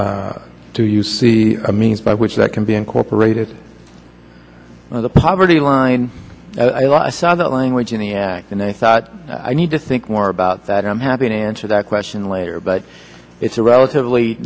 do you see a means by which that can be incorporated on the poverty line i love i saw that language and they thought i need to think more about that i'm happy to answer that question later but it's a relatively